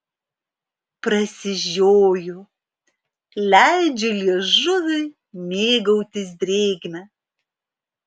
prasižioju leidžiu liežuviui mėgautis drėgme